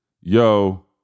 yo